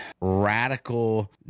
radical